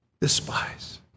despise